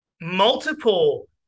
Multiple